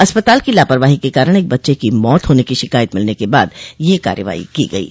अस्पताल की लापरवाही के कारण एक बच्चे की मौत होने की शिकायत मिलने के बाद यह कार्रवाई की गई है